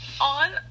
On